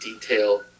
detail